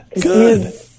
Good